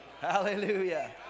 Hallelujah